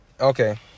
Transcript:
Okay